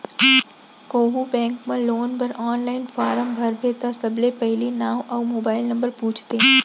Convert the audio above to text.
कोहूँ बेंक म लोन बर आनलाइन फारम भरबे त सबले पहिली नांव अउ मोबाइल नंबर पूछथे